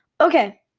Okay